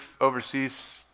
overseas